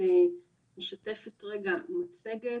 משתפת מצגת.